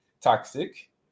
toxic